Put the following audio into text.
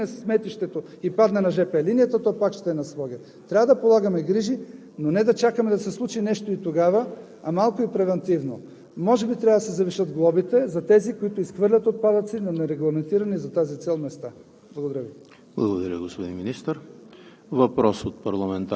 Отлично знаем какво е – това е отпадъкът на София и е там. Ако в Своге се срине сметището и падне на жп линията, то пак ще е в Своге. Трябва да полагаме грижи, но не да чакаме да се случи нещо и тогава, а малко и превантивно. Може би трябва да се завишат глобите за тези, които изхвърлят отпадъци на нерегламентирани за тази цел места.